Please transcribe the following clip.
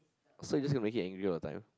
so you just gonna make him angry all the time